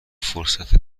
فرصت